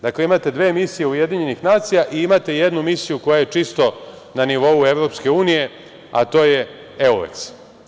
Dakle, imate dve misije UN i imate jednu misiju koja je čisto na nivou EU, a to je Euleks.